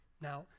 Now